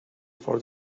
for